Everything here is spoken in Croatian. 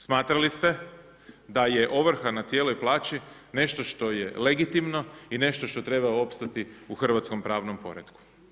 Smatrali ste da je ovrha na cijeloj plaći nešto što je legitimno i nešto što treba opstati u hrvatskom pravnom poretku.